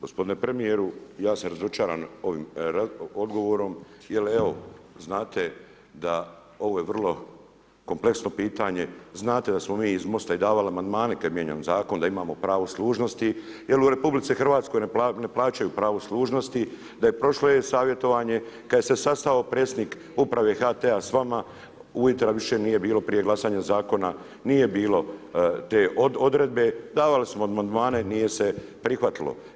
Gospodine Premijeru, ja sam razočaran ovim odgovorom jel evo znate da ovo je vrlo kompleksno pitanje, znate da smo mi iz Mosta davali amandmane kad mijenjamo zakon da imamo pravo služnosti, jel u RH ne plaćaju pravo služnosti, da je prošlo e-savjetovanje kad se je sastao predsjednik uprave HT s vama …/nerazumljivo/… više nije bilo prije glasanja zakona, nije bilo te odredbe, davali su vam amandmane nije se prihvatilo.